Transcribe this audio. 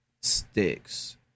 sticks